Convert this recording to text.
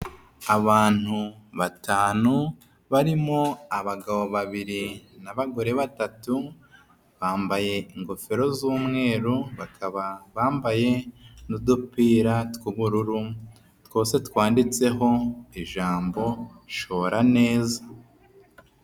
Abantu batanu barimo abagabo babiri n'abagore batatu, bambaye ingofero z'umweru bakab bambaye n'udupira tw'ubururu twose twanditseho ijambo shora neza.